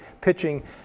pitching